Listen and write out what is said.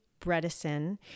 Bredesen